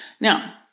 Now